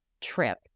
trip